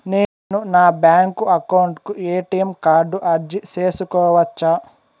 నేను నా bank account కు ఎ.టి.ఎం కార్డు అర్జీ సేసుకోవచ్చా?